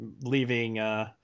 Leaving